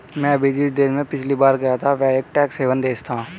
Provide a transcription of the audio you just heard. मैं भी जिस देश में पिछली बार गया था वह एक टैक्स हेवन देश था